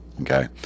Okay